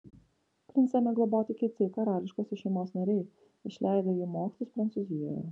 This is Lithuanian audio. princą ėmė globoti kiti karališkosios šeimos nariai išleido jį į mokslus prancūzijoje